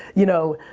you know,